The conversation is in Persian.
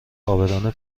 عابران